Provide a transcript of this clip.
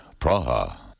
Praha